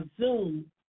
Zoom